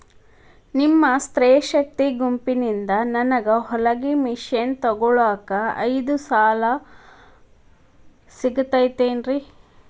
ನಿಮ್ಮ ಸ್ತ್ರೇ ಶಕ್ತಿ ಗುಂಪಿನಿಂದ ನನಗ ಹೊಲಗಿ ಮಷೇನ್ ತೊಗೋಳಾಕ್ ಐದು ಸಾಲ ಸಿಗತೈತೇನ್ರಿ?